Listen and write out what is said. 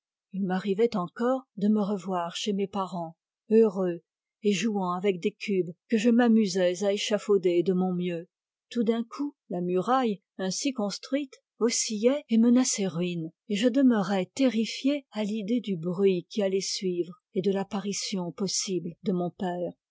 il m'ar rivait encore de me revoir chez mes parents heureux et jouant avec des cubes que je m'amusais à échafauder de mon mieux tout d'un coup la muraille ainsi construite oscillait et menaçait ruine et je demeurais terrifié à l'idée du bruit qui allait suivre et de l'apparition possible de mon père